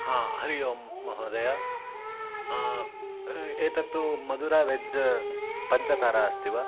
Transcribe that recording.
हा हरिः ओम् महोदय एतद् तु मदुरा वेज् पञ्चतारा अस्ति वा